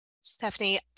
Stephanie